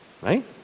Right